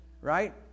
Right